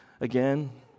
again